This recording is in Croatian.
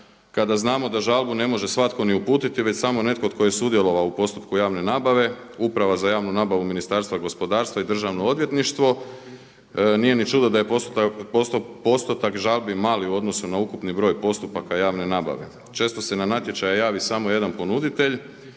kada znamo da žalbu ne može svatko ni uputiti već samo netko tko je sudjelovao u postupku javne nabave, Uprava za javnu nabavu u Ministarstva gospodarstva i Državno odvjetništvo nije ni čudo da je postotak žalbi mali u odnosu na ukupni broj postupaka javne nabave. Često se na natječaje javi samo jedan ponuditelj